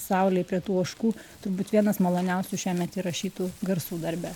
saulėj prie tų ožkų turbūt vienas maloniausių šiemet įrašytų garsų darbe